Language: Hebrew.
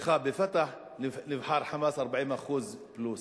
נבחר "חמאס" ב-40% פלוס.